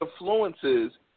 influences